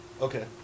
Okay